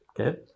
Okay